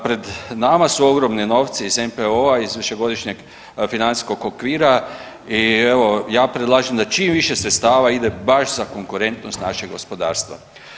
Pred nama su ogromni novci iz NPOO-a, iz Višegodišnjeg financijskog okvira i evo, ja predlažem da čim više sredstava ide baš za konkurentnost našeg gospodarstva.